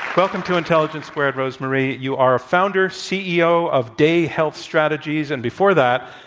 welcome to intelligence squared, rosemarie. you are a founder, ceo of day health strategies. and before that,